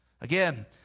Again